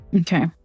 Okay